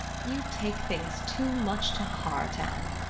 you take things too much to heart, anne.